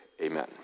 Amen